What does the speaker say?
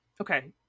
Okay